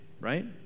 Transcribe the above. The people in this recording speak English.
right